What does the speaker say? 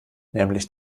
nämlich